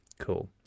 cool